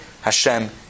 Hashem